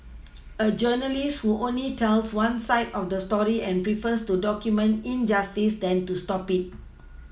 a journalist who only tells one side of the story and prefers to document injustice than to stop it